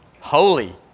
holy